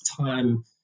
time